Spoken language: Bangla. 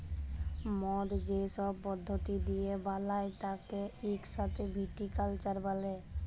মদ যে সব পদ্ধতি দিয়ে বালায় তাকে ইক সাথে ভিটিকালচার ব্যলে